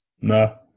No